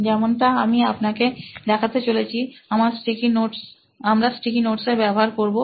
যেমনটা আমি আপনাদের দেখাতে চলেছি আমরা স্টিকি নোটস এর ব্যবহার করবো